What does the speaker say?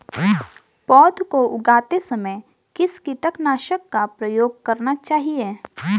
पौध को उगाते समय किस कीटनाशक का प्रयोग करना चाहिये?